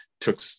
took